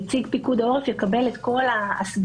נציג פיקוד העורף יקבל את כל ההסברה,